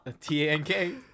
T-A-N-K